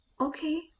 Okay